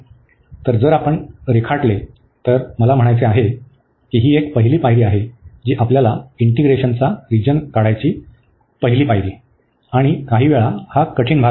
तर जर आपण रेखाटले तर मला म्हणायचे आहे की ही एक पहिली पायरी आहे जी आपल्याला इंटिगरेशनचा रिजन काढायची आहे आणि काहीवेळा तो कठीण भाग आहे